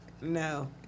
No